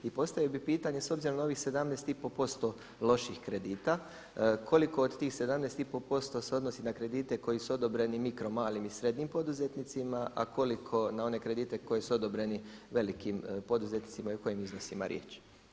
I postavio bi pitanje s obzirom na ovih 17,5% loših kredita, koliko od tih 17,5% se odnosi na kredite koji su odobreni mikromalim i srednjim poduzetnicima, a koliko na one kredite koji su odobreni velikim poduzetnicima i o kojim iznosima je riječ?